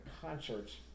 concerts